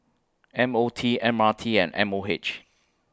M O T M R T and M O H